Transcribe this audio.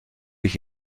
ich